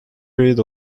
period